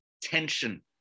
tension